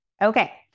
Okay